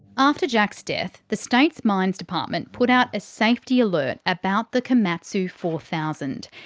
after jack's death, the state's mines department put out a safety alert about the komatsu four thousand.